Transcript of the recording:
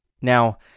Now